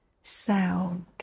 sound